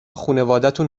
خونوادتون